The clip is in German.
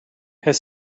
herr